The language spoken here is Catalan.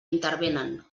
intervenen